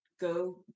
go